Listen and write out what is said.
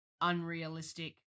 unrealistic